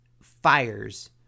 fires